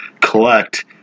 collect